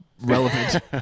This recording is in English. relevant